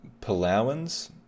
Palauans